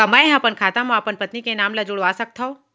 का मैं ह अपन खाता म अपन पत्नी के नाम ला जुड़वा सकथव?